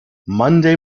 monday